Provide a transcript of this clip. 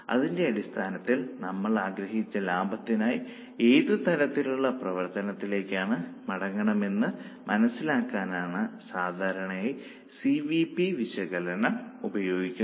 അതിന്റെ അടിസ്ഥാനത്തിൽ നമ്മൾ ആഗ്രഹിച്ച ലാഭത്തിനായി ഏതുതരത്തിലുള്ള പ്രവർത്തനത്തിലേക്ക് മടങ്ങണമെന്ന് മനസ്സിലാക്കാനാണ് സാധാരണയായി സി വി പി വിശകലനം ഉപയോഗിക്കുന്നത്